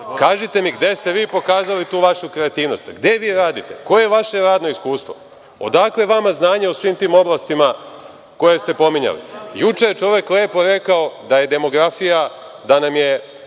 Kažite mi, gde ste vi pokazali tu vašu kreativnost? Gde vi radite? Koje je vaše radno iskustvo? Odakle vama znanje o svim tim oblastima koje ste pominjali? Juče je čovek lepo rekao da je demografija, da nam je